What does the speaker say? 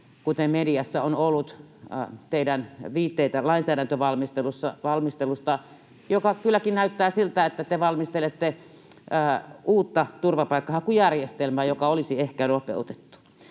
kuten mediassa on ollut viitteitä teidän lainsäädäntövalmisteluun, joka kylläkin näyttää siltä, että te valmistelette uutta turvapaikkahakujärjestelmää, joka olisi ehkä nopeutettu.